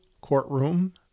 courtroom